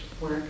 work